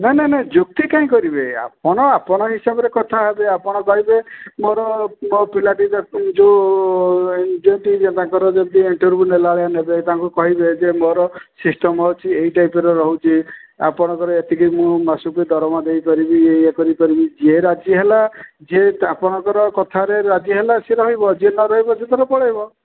ନା ନା ନାଇଁ ଯୁକ୍ତି କାଇଁ କରିବେ ଆପଣ ଆପଣଙ୍କ ହିସାବରେ କଥାହେବେ ଆପଣ କହିବେ ମୋର ମୋ ପିଲା ଦୁଇଟା ଯେଉଁ ଯେମିତି ତାଙ୍କର ଯେମିତି ଇଣ୍ଟରଭିଉ ନେଲା ଭଳିଆ ନେବେ ତାଙ୍କୁ କହିବେ ଯେ ମୋର ସିଷ୍ଟମ୍ ଅଛି ଏହି ଟାଇପ୍ର ରହୁଛି ଆପଣଙ୍କର ଏତିକି ମୁଁ ମାସକୁ ଦରମା ଦେଇପାରିବି ଇଏ କରିପାରିବି ଯିଏ ରାଜି ହେଲା ଯିଏ ଆପଣଙ୍କର କଥାରେ ରାଜି ହେଲା ସିଏ ରହିବ ଯିଏ ନ ରହିବ ସିଏ ତା'ର ପଳାଇବ